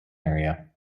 area